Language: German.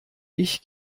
ich